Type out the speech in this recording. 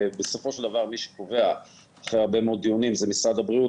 בסופו של דבר מי שקובע אחרי הרבה מאוד דיונים זה משרד הבריאות